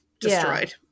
destroyed